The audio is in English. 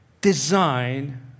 design